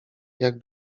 jak